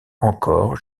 encore